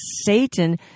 Satan